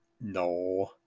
No